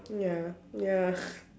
ya ya